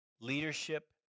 leadership